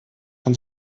von